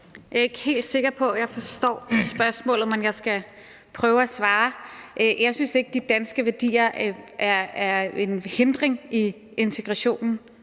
Jeg er ikke helt sikker på, jeg forstår spørgsmålet, men jeg skal prøve at svare. Jeg synes ikke, at de danske værdier er en hindring i integrationen,